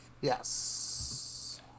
Yes